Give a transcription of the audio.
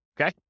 Okay